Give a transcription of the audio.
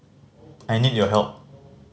I need your help